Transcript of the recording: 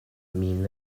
min